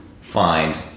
find